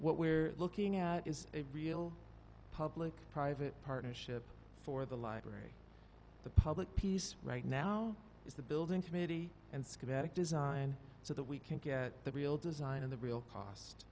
what we're looking at is a real public private partnership for the library the public piece right now is the building committee and schematic design so that we can get the real design and the real cost